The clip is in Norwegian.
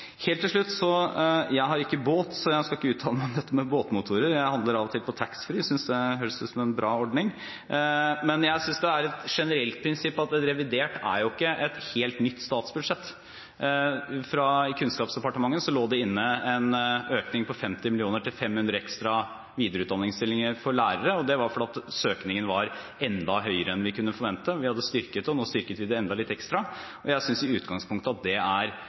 Helt til slutt: Jeg har ikke båt, så jeg skal ikke uttale meg om dette med båtmotorer. Jeg handler av og til på taxfree og synes det høres ut som en bra ordning. Men jeg synes det er et generelt prinsipp at et revidert budsjett ikke er et helt nytt statsbudsjett. Fra Kunnskapsdepartementet lå det inne en økning på 50 mill. kr til 500 ekstra videreutdanningsplasser for lærere, og det var fordi søkningen var enda høyere enn vi kunne forvente. Vi hadde styrket denne posten, og så styrket vi den enda litt. Jeg synes i utgangspunktet at det er